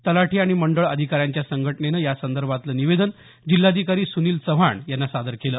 तलाठी आणि मंडळ अधिकाऱ्यांच्या संघटनेनं यासंदर्भातलं निवेदन जिल्हाधिकारी सुनील चव्हाण यांना सादर केलं